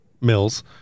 Mills